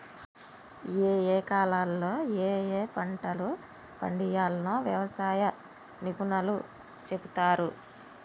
ఏయే కాలాల్లో ఏయే పంటలు పండియ్యాల్నో వ్యవసాయ నిపుణులు చెపుతారు